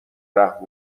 رحم